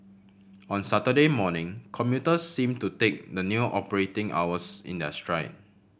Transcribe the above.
on Saturday morning commuters seemed to take the new operating hours in their stride